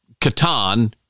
Catan